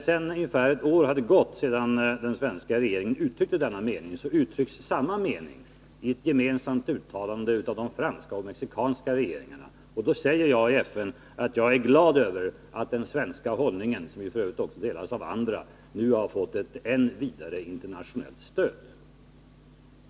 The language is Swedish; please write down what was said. När ungefär ett år hade gått sedan den svenska regeringen uttryckte denna mening, uttrycktes samma meningi ett gemensamt uttalande av de franska och mexikanska regeringarna, och då sade jag i FN att jag var glad över att den svenska hållningen — som ju f. ö. delades också av andra — nu har fått ett än vidare internationellt stöd.